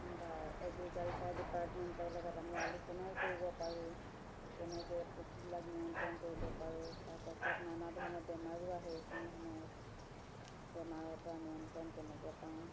বা এগ্ৰিকালচাৰ ডিপাৰ্টমেণ্টৰ লগত আমি আলোচনাও কৰিব পাৰোঁ কেনেকৈ পোকবিলাক নিয়ন্ত্ৰণ কৰিব পাৰোঁ বা গছত নানা ধৰণৰ বেমাৰো আহে এইখিনি সময়ত বেমাৰৰ পৰা নিয়ন্ত্ৰণ কেনেকৈ পাও